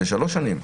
של שלוש שנים,